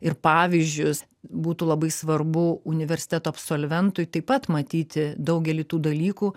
ir pavyzdžius būtų labai svarbu universiteto absolventui taip pat matyti daugelį tų dalykų